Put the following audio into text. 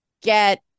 get